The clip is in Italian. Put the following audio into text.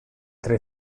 tre